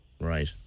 Right